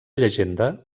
llegenda